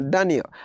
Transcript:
Daniel